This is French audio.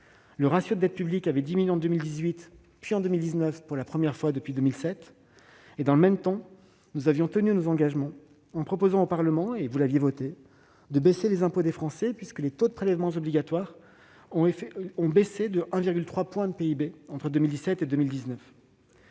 le ratio de dette publique a diminué en 2018, puis en 2019, pour les premières fois depuis 2007. Dans le même temps, nous avons tenu nos engagements en proposant au Parlement, qui a voté cette mesure, de baisser les impôts des Français, puisque le taux de prélèvements obligatoires a diminué de 1,3 point de PIB entre 2017 et 2019.